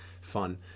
fun